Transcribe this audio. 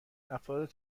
افراد